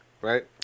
Right